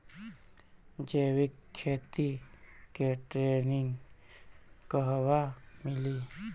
जैविक खेती के ट्रेनिग कहवा मिली?